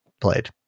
played